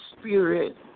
spirit